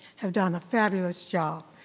have done a fabulous job.